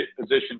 position